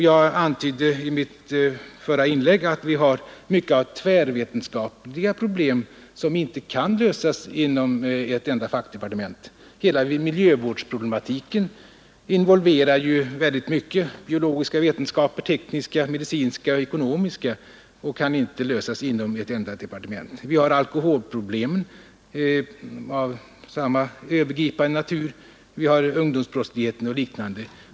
Jag antydde i mitt förra inlägg att det finns tvärvetenskapliga problem som inte kan lösas inom ett enda fackdepartement. Hela miljövårdsproblematiken involverar väldigt mycket: biologiska, tekniska, medicinska och ekonomiska vetenskaper och kan inte lösas inom ett enda departement. Vi har alkoholproblemen, som är av samma övergripande natur, liksom ungdomsbrottsligheten och liknande.